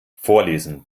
vorlesen